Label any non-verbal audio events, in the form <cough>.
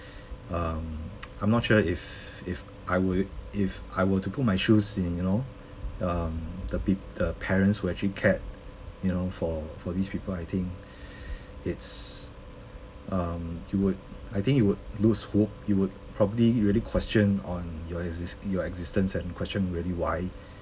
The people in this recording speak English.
um <noise> I'm not sure if if I would if I were to put my shoes in you know um the pe~ the parents who actually cared you know for for these people I think it's um you would I think you would lose hope you would probably really question on your exis~ your existence and question really why